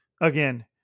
again